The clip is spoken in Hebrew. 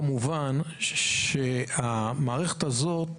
המערכת הזאת,